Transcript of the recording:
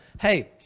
Hey